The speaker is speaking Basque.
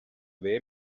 behe